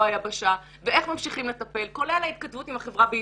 היבשה ואיך ממשיכים לטפל כולל ההתכתבות עם החברה בישראל.